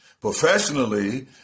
Professionally